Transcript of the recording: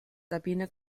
sabine